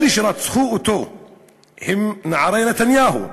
אלה שרצחו אותו הם נערי נתניהו,